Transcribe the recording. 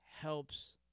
helps